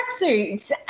tracksuits